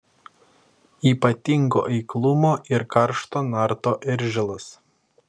ypatingo eiklumo ir karšto narto eržilas